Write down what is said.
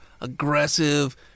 aggressive